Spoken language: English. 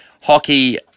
Hockey